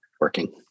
working